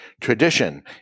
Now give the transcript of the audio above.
tradition